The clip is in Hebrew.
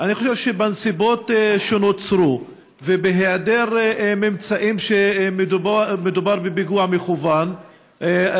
אני חושב שבנסיבות שנוצרו ובהיעדר ממצאים שמדובר בפיגוע מכוון,